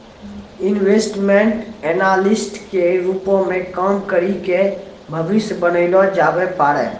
investment analyst के रूपो मे काम करि के भविष्य बनैलो जाबै पाड़ै